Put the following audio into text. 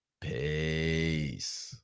Peace